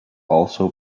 also